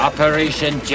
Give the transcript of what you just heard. Operation